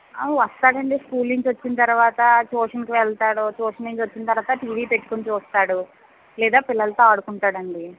వస్తాడండీ school నుంచ్ వచ్చిన తరువాత ట్యూషన్కి వెళ్తాడు ట్యూషన్ నుంచి వచ్చిన తరువాత టీవీ పెట్టుకుని చూస్తాడు లేదా పిల్లలతో ఆడుకుంటాడండి